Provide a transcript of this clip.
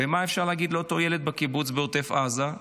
ומה אפשר להגיד לאותו ילד בקיבוץ בעוטף עזה?